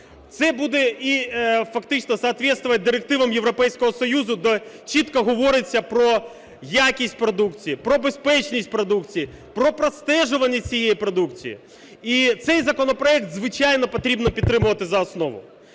Це буде і фактично соответствовать директивам Європейського Союзу, де чітко говориться про якість продукції, про безпечність продукції, про простежуваність цієї продукції. І цей законопроект, звичайно, потрібно підтримувати за основу.